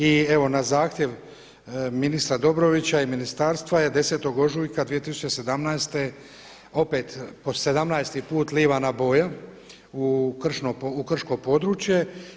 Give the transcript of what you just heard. I evo na zahtjev ministra Dobrovića i ministarstva je 10. ožujka 2017. opet po 17.-ti put livana boja u krško područje.